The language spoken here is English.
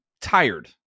tired